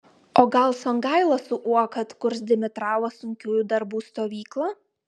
o gal songaila su uoka atkurs dimitravo sunkiųjų darbų stovyklą